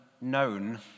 known